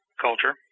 culture